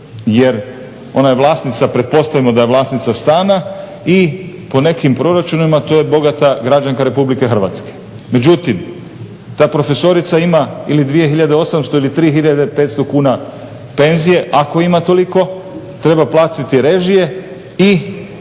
Jer ona je vlasnica, pretpostavimo da je vlasnica stana i po nekim proračunima to je bogata građanka RH. Međutim, ta profesorica ima ili 2800 ili 3500 kuna penzije ako ima toliko, treba platiti režije i